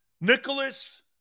Nicholas